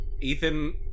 Ethan